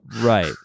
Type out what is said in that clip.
right